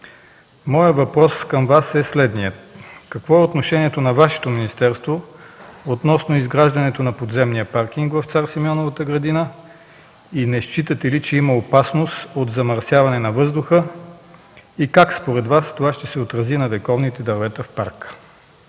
Моят въпрос към Вас е следният: какво е отношението на Вашето министерство относно изграждането на подземния паркинг в Цар Симеоновата градина? Не считате ли, че има опасност от замърсяване на въздуха? Как според Вас това ще се отрази на вековните дървета в парка?